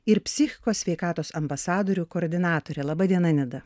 ir psichikos sveikatos ambasadorių koordinatorė laba diena nida